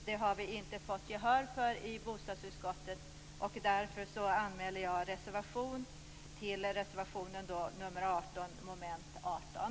Vi har inte fått gehör för detta i bostadsutskottet, och jag har därför avgivit reservation nr 18 under mom. 18.